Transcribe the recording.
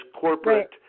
corporate